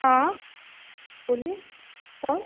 हाँ बोलिए कौन